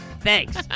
thanks